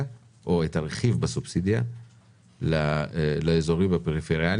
או את הרכיב בסובסידיה לאיזורים בפריפריה,